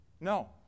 No